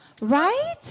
right